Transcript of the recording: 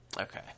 Okay